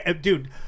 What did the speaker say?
Dude